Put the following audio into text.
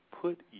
put